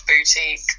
boutique